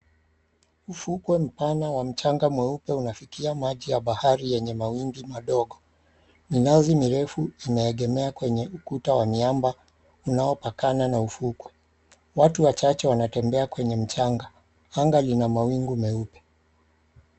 Ufukwe mpana wa mchanga mweupe unafikia maji ya bahari yenye mawimbi madogo. Minazi mirefu imeegemea kwenye ukuta wa miamba unaopakana na ufukwe. Watu wachache wanatembea kwenye mchanga. Anga lina mawingu meupe.